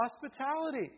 hospitality